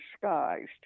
disguised